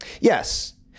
Yes